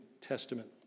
Testament